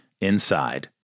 inside